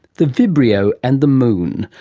the vibrio and the moon,